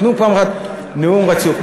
תנו פעם אחת נאום רצוף.